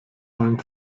allen